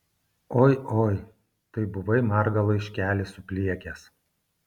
oi oi tai buvai margą laiškelį supliekęs